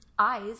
eyes